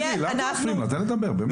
תן לה לדבר, באמת.